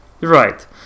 Right